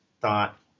thought